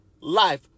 life